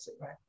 right